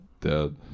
dead